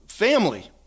family